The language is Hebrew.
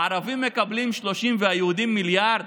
הערבים מקבלים 30 והיהודים מיליארד?